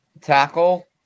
tackle –